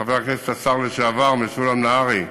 חבר הכנסת השר לשעבר משולם נהרי,